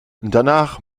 danach